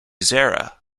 zara